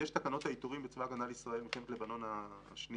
בתקנות העיטורים של צבא ההגנה לישראל במלחמת לבנון השנייה